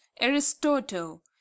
Aristotle